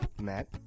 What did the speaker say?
Matt